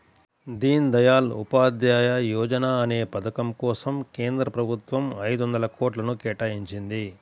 దీన్ దయాళ్ ఉపాధ్యాయ యోజనా అనే పథకం కోసం కేంద్ర ప్రభుత్వం ఐదొందల కోట్లను కేటాయించింది